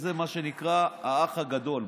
זה מה שנקרא האח הגדול.